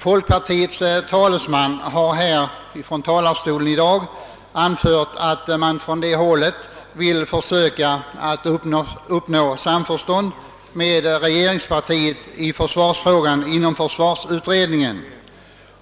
Folkpartiets talesman har i dag anfört att folkpartiet vill försöka uppnå samförstånd med regeringspartiet i försvarsfrågan inom försvarsutredningen.